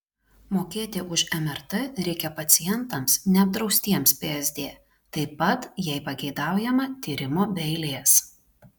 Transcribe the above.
mokėti už mrt reikia pacientams neapdraustiems psd taip pat jei pageidaujama tyrimo be eilės